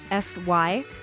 sy